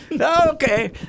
Okay